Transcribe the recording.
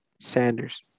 Sanders